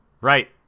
Right